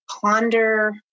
ponder